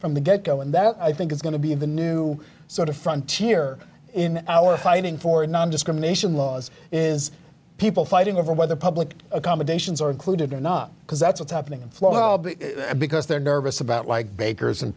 from the get go and that i think is going to be the new sort of frontier in our fighting for nondiscrimination laws is people fighting over whether public accommodations are included or not because that's what's happening in florida because they're nervous about like bakers and